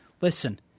Listen